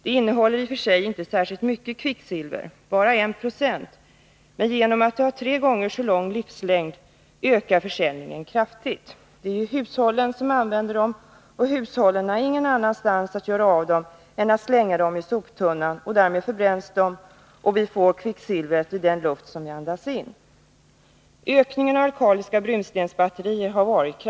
De innehåller i och för sig inte särskilt mycket kvicksilver, bara 1 96. Men genom att de har tre gånger så lång livslängd som andra batterier ökar försäljningen kraftigt. Det är ju hushållen som använder batterierna, och hushållen har ingen annanstans att göra av dem än att slänga dem i soptunnan. Därmed förbränns batterierna, och vi får kvicksilvret i den luft som vi andas in. Användningen av alkaliska brunstensbatterier har kraftigt ökat.